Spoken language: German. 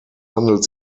handelt